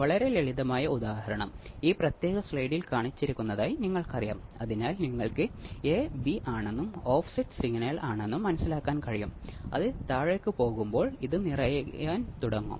transistorised ആംപ്ലിഫയറിന് പകരം op amp ഉപയോഗിച്ച് ഇത് മനസ്സിലാക്കാനാകും